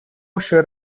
should